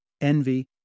envy